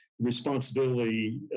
responsibility